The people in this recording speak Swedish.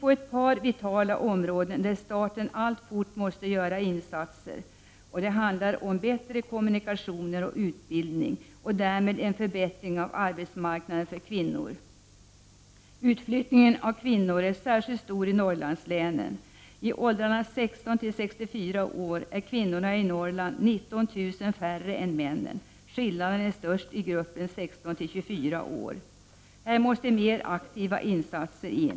På ett par vitala områden måste staten alltfort göra insatser. Det handlar om bättre kommunikationer och utbildning. Därmed skulle det kunna bli en förbättring av arbetsmarknaden för kvinnor. Utflyttningen av kvinnor är särskilt stor i Norrlandslänen. I åldrarna 16-64 år är kvinnorna i Norrland 19 000 färre än männen. Skillnaden är störst i gruppen 16-24 år. Här måste mer aktiva insatser sättas in.